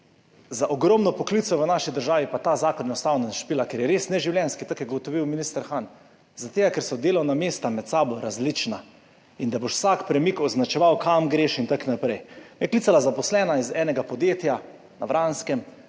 Za ogromno poklicev v naši državi pa ta zakon enostavno ne špila, ker je res neživljenjski, tako je ugotovil minister Han. Zaradi tega, ker so delovna mesta med sabo različna in da boš vsak premik označeval kam greš in tako naprej. Me je klicala zaposlena iz enega podjetja na Vranskem,